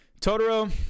Totoro